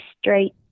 straight